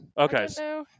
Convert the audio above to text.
Okay